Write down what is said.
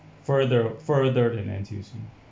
further further than N_T_U_C